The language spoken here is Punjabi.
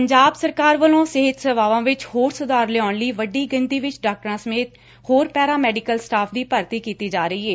ਪੰਜਾਬ ਸਰਕਾਰ ਵੱਲੋ' ਸਿਹਤ ਸੇਵਾਵਾਂ ਵਿਚ ਹੋਰ ਸੁਧਾਰ ਲਿਆਉਣ ਲਈ ਵੱਡੀ ਗਿਣਤੀ ਵਿਚ ਡਾਕਟਰਾਂ ਸਮੇਤ ਹੋਰ ਪੈਰਾ ਮੈਡੀਕਲ ਸਟਾਫ਼ ਦੀ ਭਰਤੀ ਕੀਤੀ ਜਾ ਰਹੀ ਏ